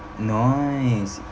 nice